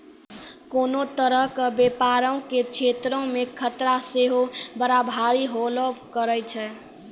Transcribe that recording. कोनो तरहो के व्यपारो के क्षेत्रो मे खतरा सेहो बड़ा भारी होलो करै छै